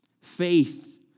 faith